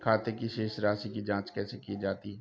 खाते की शेष राशी की जांच कैसे की जाती है?